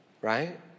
Right